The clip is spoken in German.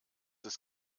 ist